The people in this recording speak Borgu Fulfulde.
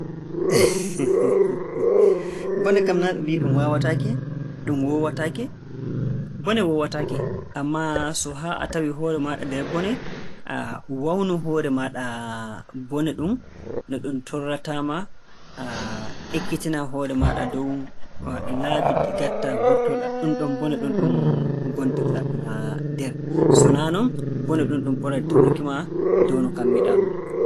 bone kam naa ɓe mbii ɗum waawataake, ɗum woowataake. Bone woowataake. Ammaa so haa a tawii hoore maaɗa nder bone waawanu hoore maaɗa bone ɗum no ɗum torrataa ma, ekkitina hoore maaɗa dow laabi ɗi ngaɗta mburto-ɗaa ɗumɗon bone ɗumɗon ngontir-ɗaa nder. So naa non bone ɗum, ɗum ɓuray torruki ma dow no kammii-ɗaa-ɗum.